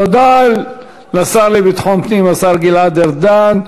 תודה לשר לביטחון פנים, השר גלעד ארדן.